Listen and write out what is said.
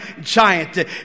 giant